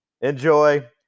Enjoy